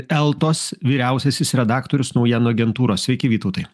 eltos vyriausiasis redaktorius naujienų agentūros sveiki vytautai